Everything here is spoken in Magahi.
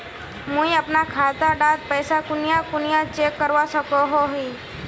मुई अपना खाता डात पैसा कुनियाँ कुनियाँ चेक करवा सकोहो ही?